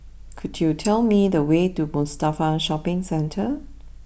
could you tell me the way to Mustafa Shopping Centre